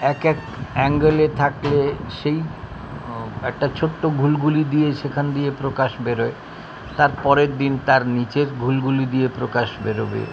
এক এক অ্যাঙ্গেলে থাকলে সেই একটা ছোট্ট ঘুলঘুলি দিয়ে সেখান দিয়ে প্রকাশ বেরোয় তার পরের দিন তার নীচের ঘুলঘুলি দিয়ে প্রকাশ বেরোবে